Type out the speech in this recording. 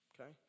okay